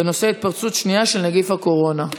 בנושא: התפרצות שנייה של נגיף הקורונה.